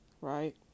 right